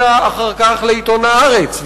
זה הגיע אחר כך לעיתון "הארץ",